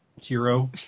hero